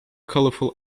colourful